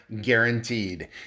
guaranteed